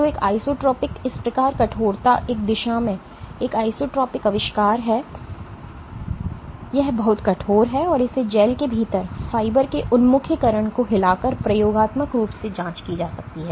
तो एक आइसोट्रोपिक इस प्रकार कठोरता एक दिशा में एक आइसोट्रोपिक आविष्कार है यह बहुत कठोर है और इसे जेल के भीतर फाइबर के उन्मुखीकरण को हिलाकर प्रयोगात्मक रूप से जांच की जा सकती है